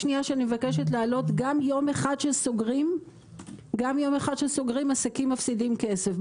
שנית, גם יום אחד שסוגרים עסקים, מפסידים כסף.